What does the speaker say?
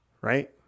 right